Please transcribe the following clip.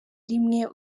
rimwe